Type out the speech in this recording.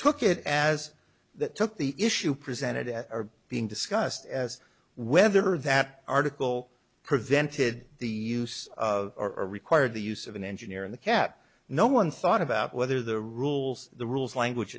took it as that took the issue presented at being discussed as whether that article prevented the use of or require the use of an engineer in the cab no one thought about whether the rules the rules language